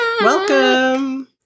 Welcome